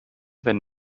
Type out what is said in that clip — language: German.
wenn